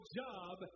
job